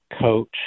coach